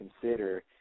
consider